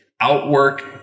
outwork